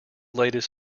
latest